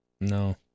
No